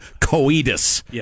coitus